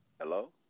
Hello